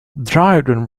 dryden